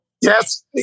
Yes